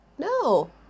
No